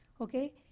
Okay